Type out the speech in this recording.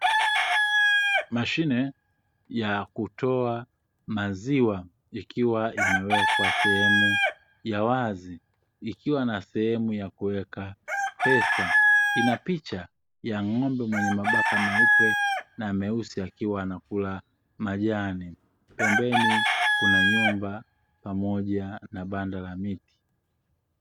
Mashine ya kutoa maziwa ikiwa imewekwa sehemu ya wazi, ikiwa na sehemu ya kuweka pesa ina picha ya ng'ombe mwenye mabaka meupe na meusi akiwa anakula majani. Pembeni kuna nyumba pamoja na banda la miti.